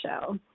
show